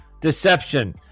deception